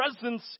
presence